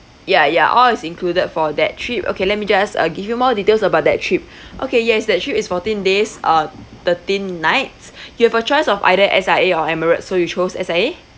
ya ya all is included for that trip okay let me just uh give you more details about that trip okay yes that trip is fourteen days uh thirteen nights you have a choice of either S_I_A or emirates so you choose S_I_A